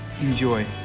Enjoy